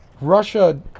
russia